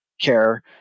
care